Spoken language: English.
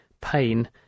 pain